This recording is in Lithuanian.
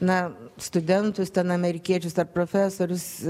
na studentus ten amerikiečius ar profesorius